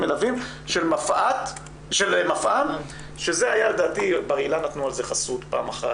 מלוים של מפע"ם שבר אילן לדעתי נתנו על זה חסות פעם אחת,